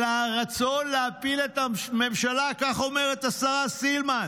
אלא הרצון להפיל את הממשלה, כך אומרת השרה סילמן.